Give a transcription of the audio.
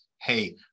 hey